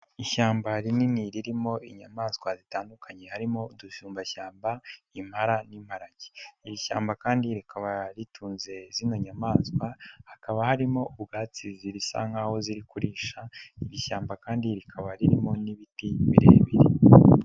Ishyamba rinini ririmo inyamaswa zitandukanye harimo udusumbashyamba, Impara n'imparage iri shyamba kandi rikaba ritunze zino nyamaswa, hakaba harimo ubwatsi zisa nk'aho ziri kurisha iri shyamba kandi rikaba ririmo n'ibiti birebire.